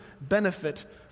benefit